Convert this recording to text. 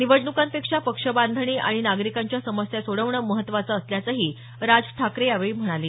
निवडणुकांपेक्षा पक्षबांधणी आणि नागरिकांच्या समस्या सोडवणं महत्त्वाचं असल्याचंही राज ठाकरे यावेळी म्हणाले